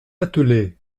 attelée